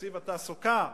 בתקציב התעסוקה,